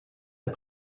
est